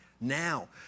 now